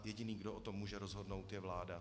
Jediný, kdo o tom může rozhodnout, je vláda.